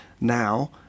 now